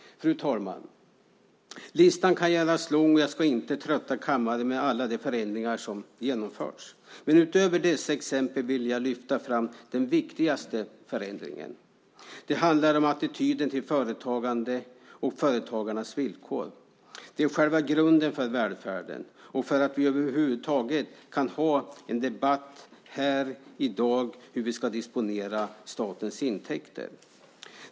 Fru talman! Listan kan göras lång, och jag ska inte trötta kammaren med alla förändringar som genomförts. Men utöver dessa exempel vill jag lyfta fram den viktigaste förändringen. Det handlar om attityden till företagande och företagarnas villkor. Det är själva grunden för välfärden och för att vi över huvud taget kan ha en debatt här i dag om hur vi ska disponera statens intäkter.